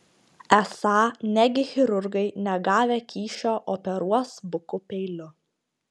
esą negi chirurgai negavę kyšio operuos buku peiliu